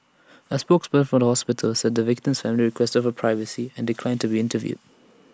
A spokesperson from the hospital said the victim's family requested for privacy and declined to be interviewed